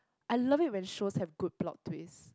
I love it when shows have good plot twist